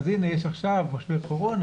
אז הנה יש עכשיו משבר קורונה,